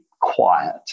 quiet